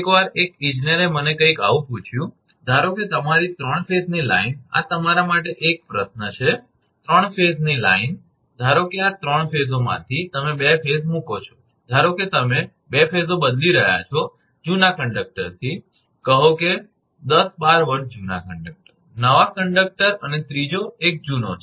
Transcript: એકવાર એક ઇજનેરે મને કંઈક આવું પૂછ્યું ધારો કે તમારી 3 ફેઝ ની લાઇન આ તમારા માટે એક પ્રશ્ન છે 3 ફેઝ ની લાઇન ધારો કે આ 3 ફેઝો માંથી તમે 2 ફેઝો મૂકો છે ધારો કે તમે 2 ફેઝો બદલી રહ્યા છો જૂના કંડક્ટરથી કહો કે 10 12 વર્ષ જૂના કંડક્ટર નવા કંડક્ટર અને ત્રીજો એક જૂનો છે